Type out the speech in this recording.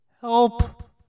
help